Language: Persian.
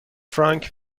فرانک